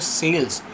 sales